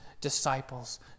disciples